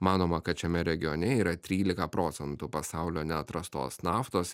manoma kad šiame regione yra trylika procentų pasaulio neatrastos naftos